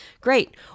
Great